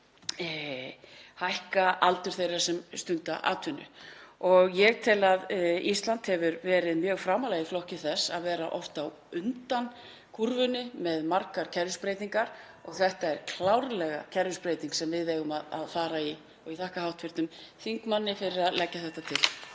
hækka aldur þeirra sem stunda atvinnu. Ég tel að Ísland hafi hér verið mjög framarlega í flokki og oft verið á undan kúrfunni með margar kerfisbreytingar og þetta er klárlega kerfisbreyting sem við eigum að fara í og ég þakka hv. þingmanni fyrir að leggja þetta til.